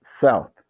South